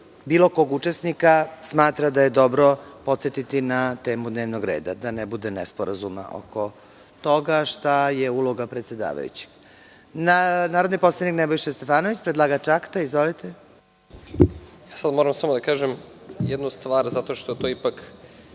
bilo kog učesnika smatra da je dobro podsetiti na temu dnevnog reda, da ne bude nesporazuma oko toga šta je uloga predsedavajućeg. Reč ima narodni poslanik Nebojša Stefanović, predlagač akta. Izvolite. **Nebojša Stefanović** Samo moram da kažem jednu stvar, zato što to ipak